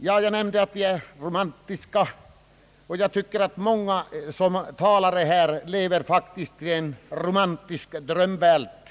Jag nämnde att en del är romantiska — jag tycker att många talare faktiskt lever i en romantisk drömvärld.